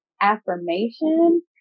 affirmation